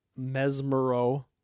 Mesmero